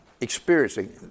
experiencing